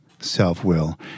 self-will